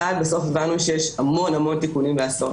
אחת, בסוף הבנו שיש המון-המון תיקונים לעשות.